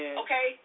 okay